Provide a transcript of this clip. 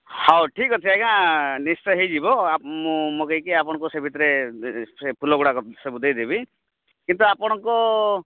ହଉ ଠିକ୍ ଅଛି ଆଜ୍ଞା ନିଶ୍ଚୟ ହୋଇଯିବ ମୁଁ ମଗାଇକି ଆପଣଙ୍କୁ ସେ ଭିତରେ ସେ ଫୁଲଗୁଡ଼ାକ ସବୁ ଦେଇଦେବି କିନ୍ତୁ ଆପଣଙ୍କ